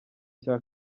cya